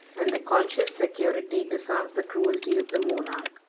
and the conscious security disarms the cruelty of the monarch.